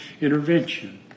intervention